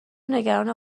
نگران